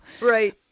Right